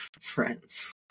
friends